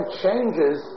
changes